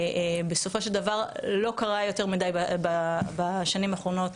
בסופו של דבר לא קרה יותר מדי בשנים האחרונות.